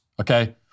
okay